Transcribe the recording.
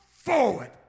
forward